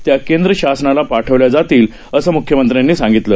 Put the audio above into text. त्याकेंद्रशासनालापाठवल्याजातील असंम्ख्यमंत्र्यांनीसांगितलं